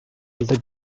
yılda